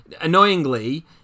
Annoyingly